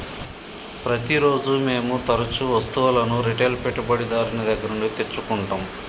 ప్రతిరోజూ మేము తరుచూ వస్తువులను రిటైల్ పెట్టుబడిదారుని దగ్గర నుండి తెచ్చుకుంటం